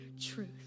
truth